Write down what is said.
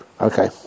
Okay